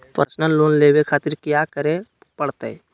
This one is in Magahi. पर्सनल लोन लेवे खातिर कया क्या करे पड़तइ?